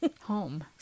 home